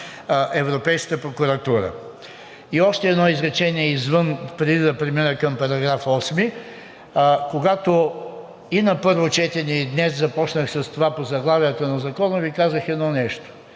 Европейската прокуратура. И още едно изречение, преди да премина към § 8 – когато и на първо четене, и днес започнах с това по заглавието на Закона, Ви казах едно нещо,